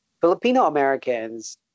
Filipino-Americans